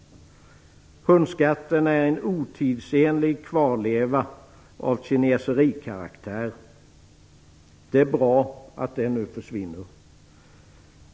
Hundskatten är en otidsenlig kvarleva av kineserikaraktär. Det är bra att den nu försvinner.